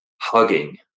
hugging